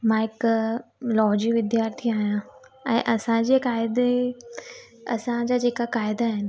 मां हिक लॉ जी विद्यार्थी आहियां ऐं असांजे क़ाइदे असांजा जेका क़ाइदा आहिनि